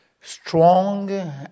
strong